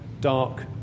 dark